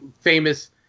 famous